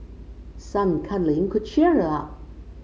some cuddling could cheer her up